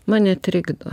mane trikdo